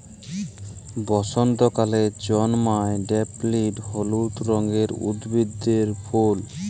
বসন্তকালে জল্ময় ড্যাফডিল হলুদ রঙের উদ্ভিদের ফুল